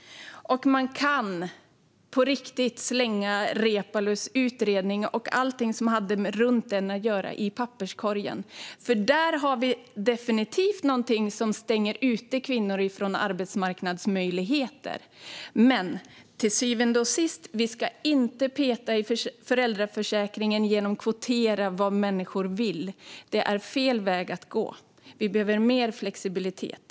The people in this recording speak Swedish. Och man kan på riktigt slänga Reepalus utredning och allt därikring i papperskorgen. Där har vi definitivt något som stänger ute kvinnor från arbetsmarknaden. Vi ska slutligen inte peta i föräldraförsäkringen genom att kvotera vad människor vill. Det är fel väg att gå. Vi behöver mer flexibilitet.